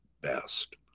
best